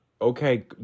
okay